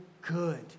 good